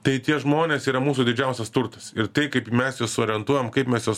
tai tie žmonės yra mūsų didžiausias turtas ir tai kaip mes juos orientuojam kaip mes juos